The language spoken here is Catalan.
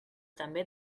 també